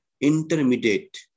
intermediate